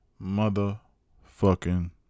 motherfucking